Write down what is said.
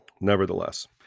Nevertheless